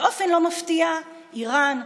באופן לא מפתיע איראן,